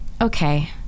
okay